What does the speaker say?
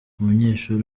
umunyeshuri